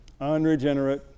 Unregenerate